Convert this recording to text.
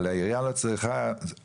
אבל העירייה לא צריכה,